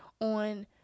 on